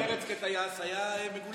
הרב רפי פרץ כטייס היה מגולח.